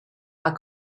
are